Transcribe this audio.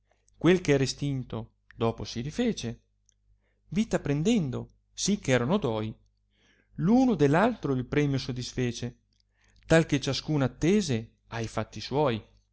quel eh era estinto dopo si rifece vita prendendo si eh erano doi l uno de altro il premio sodisfece tal che ciascuno attese a i fatti suoi